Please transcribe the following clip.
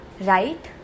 right